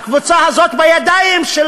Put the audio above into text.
הקבוצה הזאת היא בידיים של